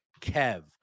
kev